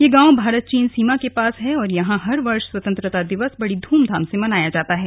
यह गांव भारत चीन सीमा के पास है और यहां हर वर्ष स्वतंत्रता दिवस बड़ी ध्रमधाम से मनाया जाता है